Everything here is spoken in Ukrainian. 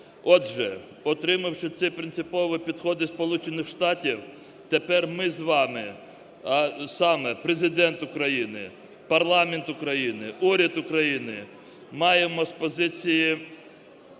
Отже, отримавши ці принципові підходи Сполучених Штатів, тепер ми з вами, а саме: Президент України, парламент України, уряд України маємо з позиції